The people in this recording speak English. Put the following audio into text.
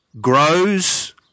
grows